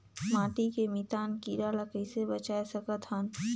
माटी के मितान कीरा ल कइसे बचाय सकत हन?